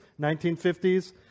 1950s